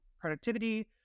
productivity